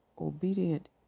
obedient